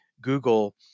Google